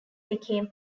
became